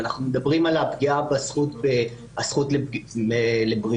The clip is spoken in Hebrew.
ואנחנו מדברים על הפגיעה בזכות לבריאות